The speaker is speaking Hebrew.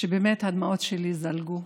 ובאמת הדמעות שלי זלגו,